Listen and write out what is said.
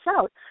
out